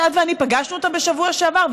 שאת ואני פגשנו אותם בשבוע שעבר,